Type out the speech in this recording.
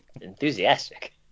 enthusiastic